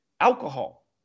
alcohol